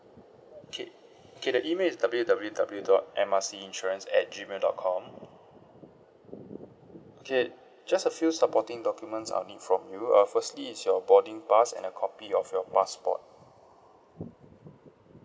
okay okay the email is W_W_W dot M R C insurance at gmail dot com okay just a few supporting documents I'll need from you uh firstly is your boarding pass and a copy of your passport